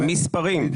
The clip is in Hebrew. מספרית,